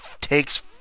takes